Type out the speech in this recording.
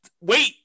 Wait